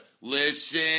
listen